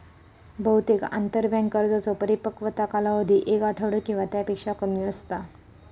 बहुतेक आंतरबँक कर्जांचो परिपक्वता कालावधी एक आठवडो किंवा त्यापेक्षा कमी असता